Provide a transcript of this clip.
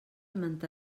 manta